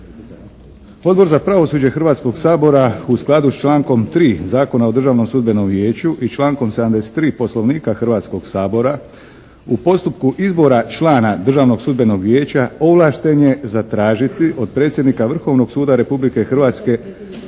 Odbor za pravosuđe Hrvatskoga sabora u skladu s člankom 3. Zakona o Državnom sudbenom vijeću i člankom 73. Poslovnika Hrvatskoga sabora, u postupku izbora člana Državnog sudbenog vijeća ovlašten je zatražiti od predsjednika Vrhovnog suda Republike Hrvatske